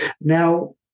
Now